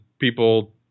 people